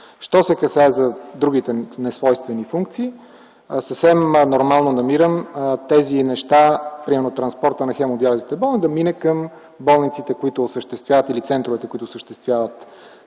Що се касае за другите несвойствени функции, съвсем нормално намирам примерно транспортът на хемодиализните болни да мине към болниците или центровете, които осъществяват